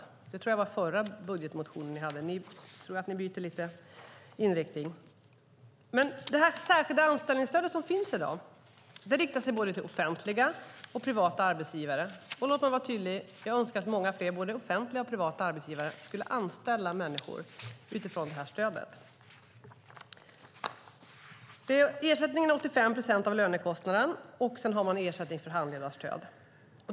Jag tror att det var i förra budgetmotionen ni hade det. Jag tror att ni byter inriktning lite. Men det särskilda anställningsstöd som finns i dag riktar sig till både offentliga och privata arbetsgivare. Låt mig vara tydlig. Jag önskar att många fler, både offentliga och privata arbetsgivare, skulle anställa människor utifrån det här stödet. Ersättningen är 85 procent av lönekostnaden. Sedan har man ersättning för handledarstöd.